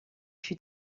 fut